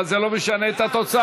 אבל זה לא משנה את התוצאה.